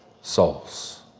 souls